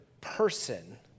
person